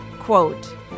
Quote